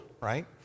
right